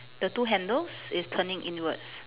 the two handles is turning inwards